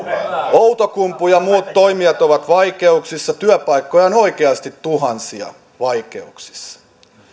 outokumpu ja muut toimijat ovat vaikeuksissa työpaikkoja on oikeasti tuhansia vaikeuksissa